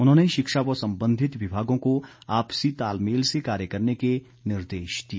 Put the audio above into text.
उन्होंने शिक्षा व संबंधित विभागों को आपसी तालमेल से कार्य करने के निर्देश दिए